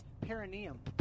perineum